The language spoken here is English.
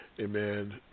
Amen